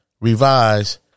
revised